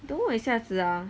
等我一下子啊